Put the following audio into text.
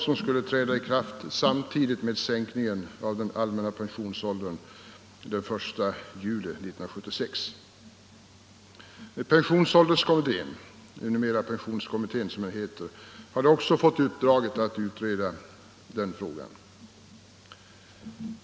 Reformen skulle träda i kraft samtidigt med sänkningen av den allmänna pensionsåldern den 1 juli 1976. Pensionsålderskommittén — som ju numera kallas pensionskommittén — hade också fått uppdraget att utreda denna fråga.